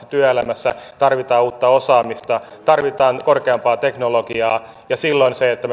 työelämässä tarvitaan uutta osaamista tarvitaan korkeampaa teknologiaa ja silloin on tärkeätä se että